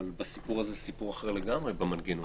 אבל הסיפור כאן הוא סיפור אחר לגמרי במנגנון,